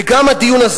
וגם הדיון,